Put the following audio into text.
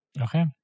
okay